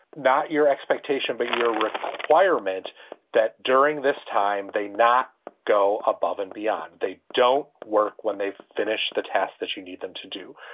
not your expectation, but your requirement that during this time they not go above and beyond. they don't work when they finish the tasks that you need them to do.